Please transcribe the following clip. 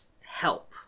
help